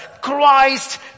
Christ